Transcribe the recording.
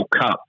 Cup